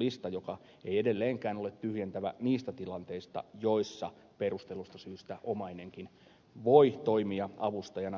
lista joka ei edelleenkään ole tyhjentävä niistä tilanteista joissa perustellusta syystä omainenkin voi toimia avustajana